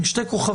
עם שתי כוכביות,